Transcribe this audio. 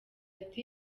ati